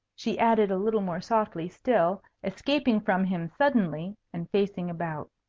she added a little more softly still, escaping from him suddenly, and facing about.